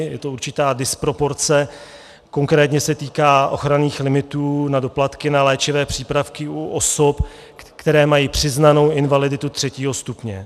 Je to určitá disproporce, konkrétně se týká ochranných limitů na doplatky na léčivé přípravky u osob, které mají přiznanou invaliditu třetího stupně.